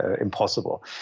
impossible